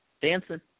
dancing